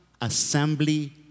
Assembly